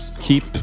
keep